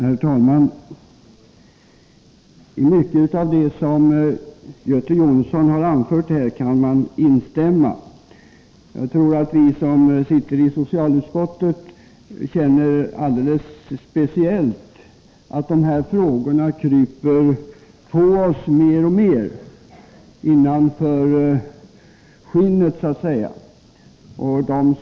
Herr talman! Man kan instämma i mycket av det som Göte Jonsson här har anfört, och jag tror att vi som sitter i socialutskottet alldeles speciellt känner att dessa frågor kryper allt närmare oss. De kryper innanför skinnet på oss så att säga.